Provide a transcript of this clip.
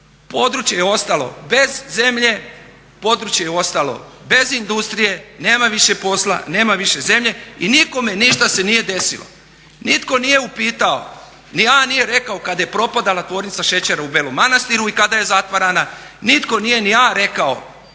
područje je ostalo bez zemlje, područje je ostalo bez industrije, nema više posla, nema više zemlje i nikome ništa se nije desilo. Nitko nije upitao ni a nije rekao kada je propadala tvornica šećera u Belom Manastiru i kada je zatvarana. Nitko ni a nije rekao